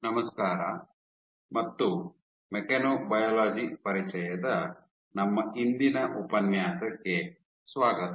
ನಮಸ್ಕಾರ ಮತ್ತು ಮೆಕ್ಯಾನೊಬಯಾಲಜಿ ಪರಿಚಯದ ನಮ್ಮ ಇಂದಿನ ಉಪನ್ಯಾಸಕ್ಕೆ ಸ್ವಾಗತ